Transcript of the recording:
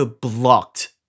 blocked